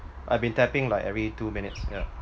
I've been tapping like every two minutes yeah